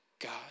God